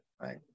Right